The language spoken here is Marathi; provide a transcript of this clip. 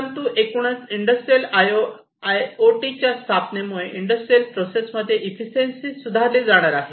परंतु एकूणच इंडस्ट्रियल आयओटीच्या स्थापनेमुळे इंडस्ट्रियल प्रोसेस मध्ये इफिशियंशी सुधारली जाणार आहे